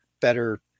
better